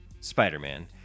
Spider-Man